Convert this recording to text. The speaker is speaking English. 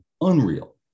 Unreal